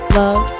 love